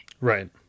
Right